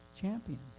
Champions